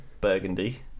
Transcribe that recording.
burgundy